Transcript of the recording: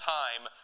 time